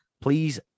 Please